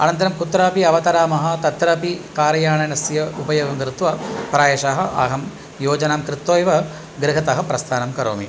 अनन्तरं कुत्रापि अवतरामः तत्रपि कार्यानस्य उपयोगं दृष्ट्वा प्रायशः अहं योजनां कृत्वा एव गृहतः प्रस्थानं करोमि